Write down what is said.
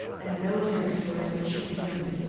and the military stores which she was bringing.